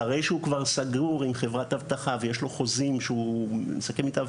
אחרי שהוא כבר סגור עם חברת אבטחה ויש לו חוזים שהוא עושה כמיטב,